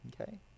Okay